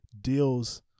deals